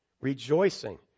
Rejoicing